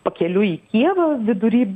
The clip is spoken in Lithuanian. pakeliui į kijevą vidury